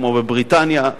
כמו בריטניה,